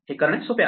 हे करणे सोपे आहे